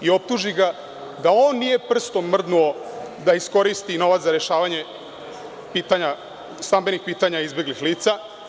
i optuži ga da on nije prstom mrdnuo da iskoristi novac za rešavanje pitanja, stambenih pitanja izbeglih lica.